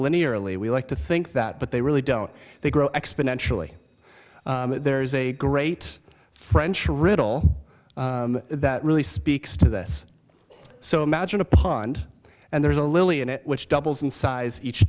linearly we like to think that but they really don't they grow exponentially there is a great french riddle that really speaks to this so imagine a pond and there's a lily in it which doubles in size each